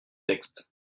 texte